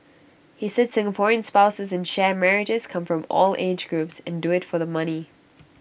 he said Singaporean spouses in sham marriages come from all age groups and do IT for the money